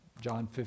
john